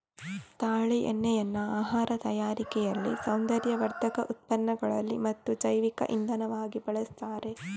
ತಾಳೆ ಎಣ್ಣೆಯನ್ನ ಆಹಾರ ತಯಾರಿಕೆಯಲ್ಲಿ, ಸೌಂದರ್ಯವರ್ಧಕ ಉತ್ಪನ್ನಗಳಲ್ಲಿ ಮತ್ತು ಜೈವಿಕ ಇಂಧನವಾಗಿ ಬಳಸ್ತಾರೆ